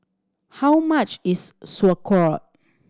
how much is Sauerkraut